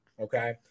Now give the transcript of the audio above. Okay